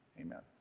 Amen